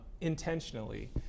intentionally